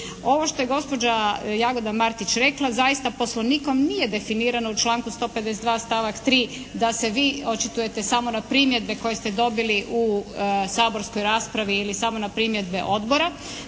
Ovo što je gospođa Jagoda Martić rekla zaista poslovnikom nije definirano u članku 152. stavak 3. da se vi očitujete samo na primjedbe koje ste dobili u saborskoj raspravi ili samo na primjedbe odbora,